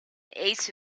ace